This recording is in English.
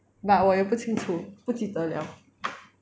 but 我也不清楚不记得 liao